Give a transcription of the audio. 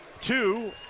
two